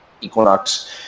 Equinox